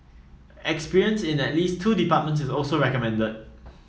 experience in at least two departments is also recommended